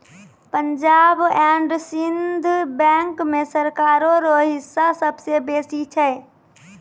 Punjab and Sind bank मे सरकारो रो हिस्सा सबसे बेसी छै